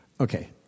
Okay